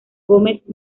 gomes